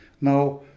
Now